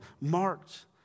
marked